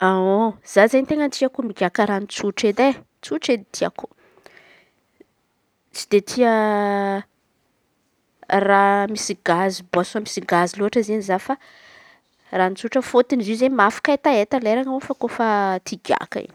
Za izen̈y ten̈a tiako migaka ran̈o tsotra edy e etsotra ny tiako. Tsy dia tia raha misy gazy boasaon misy gazy lôtra izen̈y za fa raha tsotra fôtony izy io izen̈y mahafaky hetaheta fô kofa lera te higaka in̈y.